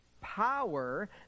Power